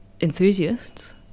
enthusiasts